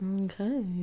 Okay